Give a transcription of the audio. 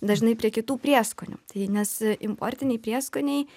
dažnai prie kitų prieskonių tai nes importiniai prieskoniai